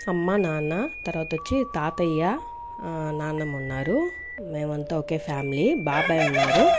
అమ్మ నాన్న తర్వాత వచ్చి తాతయ్య నాన్నమ్మ ఉన్నారు మేమంతా ఒకే ఫ్యామిలీ బాబాయ్ ఉన్నారు